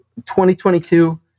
2022